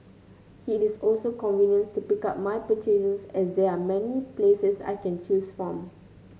it is also convenient to pick up my purchases as there are many places I can choose from